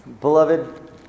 Beloved